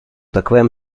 takovém